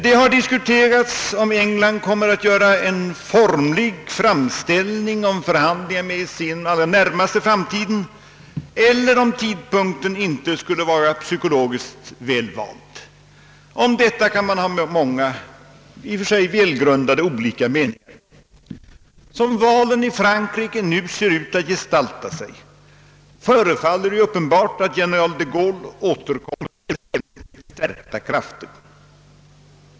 Det har diskuterats huruvida England kommer att göra en formlig framställning om förhandling med EEC inom den allra närmaste framtiden eller huruvida tidpunkten nu inte skulle vara psykologiskt väl vald. Om detta kan man ha många olika, i och för sig väl grundade meningar. Som valet i Frankrike nu ser ut att gestalta sig förefaller det uppenbart att general de Gaulle återkommer med väsentligt stärkta krafter.